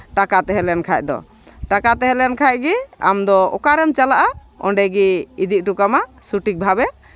ᱴᱟᱠᱟ ᱛᱟᱦᱮᱸ ᱞᱮᱱᱠᱷᱟᱡ ᱫᱚ ᱴᱟᱠᱟ ᱛᱟᱦᱮᱸ ᱞᱮᱱᱠᱷᱟᱡ ᱜᱮ ᱟᱢᱫᱚ ᱚᱠᱟᱨᱮᱢ ᱪᱟᱞᱟᱜᱼᱟ ᱚᱸᱰᱮ ᱜᱮ ᱤᱫᱤ ᱦᱚᱴᱚ ᱠᱟᱢᱟ ᱥᱚᱴᱷᱤᱠ ᱵᱷᱟᱵᱮ